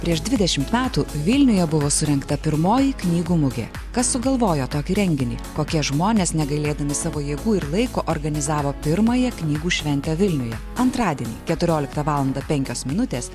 prieš dvidešimt metų vilniuje buvo surengta pirmoji knygų mugė kas sugalvojo tokį renginį kokie žmonės negailėdami savo jėgų ir laiko organizavo pirmąją knygų šventę vilniuje antradienį keturioliktą valandą penkios minutės